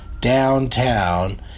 downtown